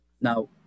now